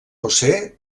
josé